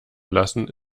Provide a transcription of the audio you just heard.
lassen